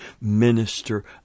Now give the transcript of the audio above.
minister